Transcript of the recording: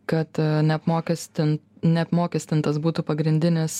kad neapmokestint neapmokestintas būtų pagrindinis